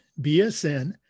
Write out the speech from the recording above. BSN